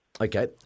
Okay